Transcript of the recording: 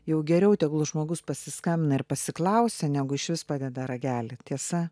jau geriau tegul žmogus pasiskambina ir pasiklausia negu išvis padeda ragelį tiesa